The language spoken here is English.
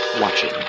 watching